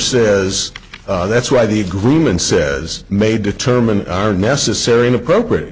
says that's why the agreement says may determine are necessary an appropriate